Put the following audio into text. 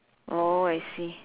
oh I see